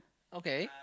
okay